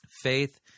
Faith